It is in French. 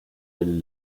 elle